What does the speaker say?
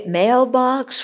mailbox